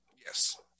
Yes